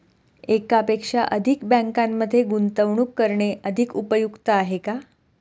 एकापेक्षा अधिक बँकांमध्ये गुंतवणूक करणे अधिक उपयुक्त आहे का?